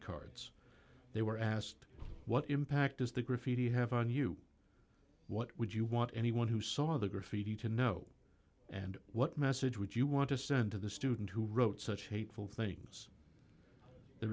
cards they were asked what impact does the graffiti have on you what would you want anyone who saw the graffiti to know and what message would you want to send to the student who wrote such hateful things the